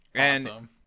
Awesome